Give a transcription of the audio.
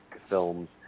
films